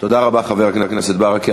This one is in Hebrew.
תודה רבה, חבר הכנסת ברכה.